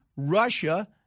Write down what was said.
Russia